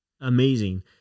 amazing